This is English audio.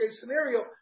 scenario